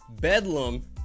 Bedlam